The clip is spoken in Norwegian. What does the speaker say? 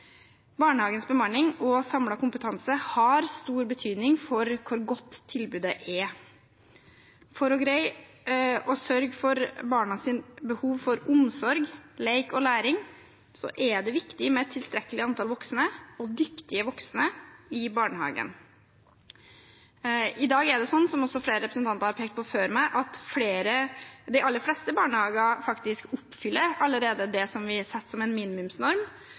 Barnehagens bemanning og samlede kompetanse har stor betydning for hvor godt tilbudet er. For å greie å sørge for barnas behov for omsorg, lek og læring er det viktig med et tilstrekkelig antall voksne – dyktige voksne – i barnehagen. I dag er det sånn, som også flere representanter har pekt på før meg, at de aller fleste barnehager faktisk allerede oppfyller det vi har satt som en minimumsnorm,